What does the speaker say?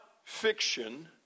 fiction